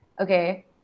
Okay